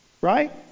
right